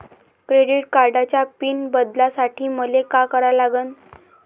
Credit कार्डाचा PIN बदलासाठी मले का करा लागन?